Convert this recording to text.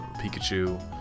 Pikachu